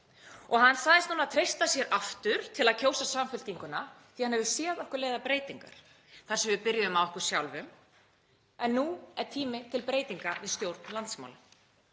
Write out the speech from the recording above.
Hann sagðist treysta sér til að kjósa Samfylkinguna aftur því að hann hefði séð okkur leiða breytingar þar sem við byrjuðum á okkur sjálfum. En nú er tími til breytinga við stjórn landsmála.